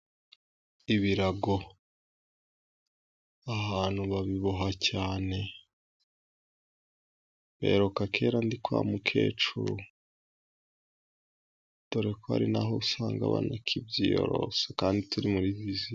Ibirago ahantu babiboha cyane, mbiheruka cyera ndi kwa mukecuru, dore ko ari naho usanga banakibyiyorosa kandi turi muri viziyo.